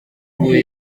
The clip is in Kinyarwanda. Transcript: uvuye